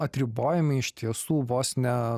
atribojami iš tiesų vos ne